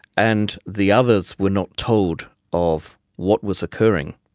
and the others were not told of what was occurring.